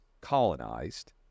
colonized